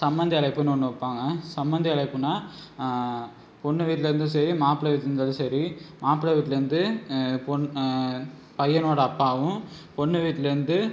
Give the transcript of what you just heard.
சம்பந்தி அழைப்புன்னு ஒன்று வைப்பாங்க சம்பந்தி அழைப்புன்னால் பொண்ணு வீட்டிலேருந்து சரி மாப்பிள்ளை வீட்டிலேருந்து சரி மாப்பிள்ளை வீட்டிலேருந்து பொண் பையனோட அப்பாவும் பொண்ணு வீட்டிலேருந்து